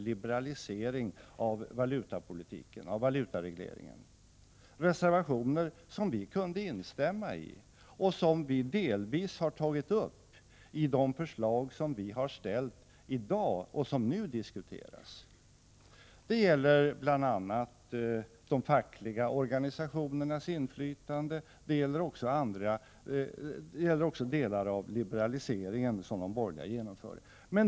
liberalisering av valutapolitiken och valutaregleringen — reservationer som vi kunde instämma i och som vi delvis har tagit upp i de förslag som vi har ställt i dag och som nu diskuteras. Det gäller bl.a. de fackliga organisationernas inflytande, och det gäller också delar av den liberalisering som de borgerliga genomförde.